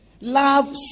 Love